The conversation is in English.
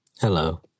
Hello